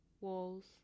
walls